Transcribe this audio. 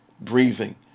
breathing